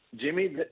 Jimmy